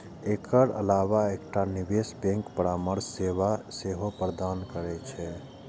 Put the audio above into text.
एकर अलावा एकटा निवेश बैंक परामर्श सेवा सेहो प्रदान करै छै